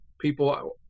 people